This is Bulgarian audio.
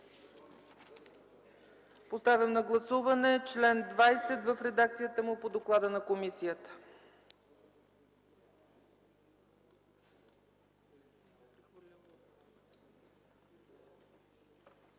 Няма. Гласуваме чл. 23 в редакцията му по доклада на комисията.